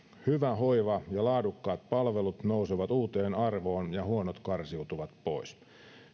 hyvä hoiva ja laadukkaat palvelut nousevat uuteen arvoon ja huonot karsiutuvat pois